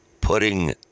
putting